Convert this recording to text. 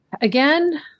again